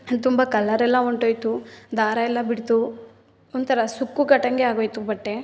ತುಂಬ ಕಲರೆಲ್ಲ ಹೊಂಟೋಯ್ತು ದಾರಯೆಲ್ಲ ಬಿಡ್ತು ಒಂಥರ ಸುಕ್ಕು ಕಟ್ಟಂಗೆ ಆಗೋಯ್ತು ಬಟ್ಟೆ